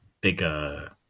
bigger